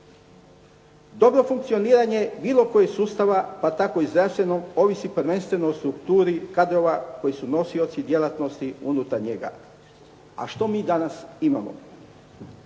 Dobro funkcioniranje bilo kojeg sustava pa tako i zdravstvenog ovisi prvenstveno o strukturi kadrova koji su nosioci djelatnosti unutar njega. A što mi danas imamo?